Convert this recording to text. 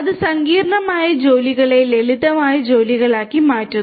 അത് സങ്കീർണ്ണമായ ജോലികളെ ലളിതമായ ജോലികളാക്കി മാറ്റുന്നു